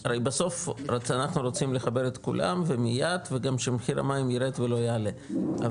הרי בסוף אנחנו רוצים לחבר את כולם ומיד וגם שמחיר המים ירד ולא יעלה,